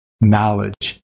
knowledge